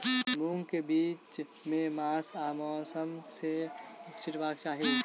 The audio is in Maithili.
मूंग केँ बीज केँ मास आ मौसम मे छिटबाक चाहि?